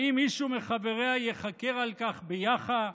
האם מישהו מחבריה ייחקר על כך ביאח"ה?